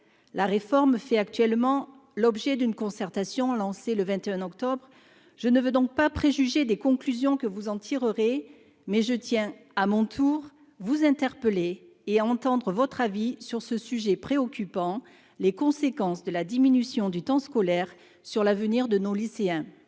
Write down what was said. La réforme fait actuellement l'objet d'une concertation, lancée le 21 octobre dernier. Je ne veux donc pas préjuger des conclusions que vous en tirerez, mais je tiens à vous interpeller et à entendre votre avis sur ce sujet préoccupant, à savoir les conséquences de la diminution du temps scolaire sur l'avenir de nos lycéens.